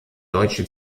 deutsche